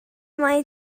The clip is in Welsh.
mai